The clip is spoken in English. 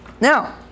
Now